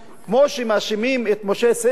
כמו שמאשימים את משה סילמן,